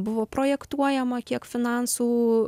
buvo projektuojama kiek finansų